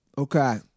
Okay